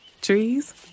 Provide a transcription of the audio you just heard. Trees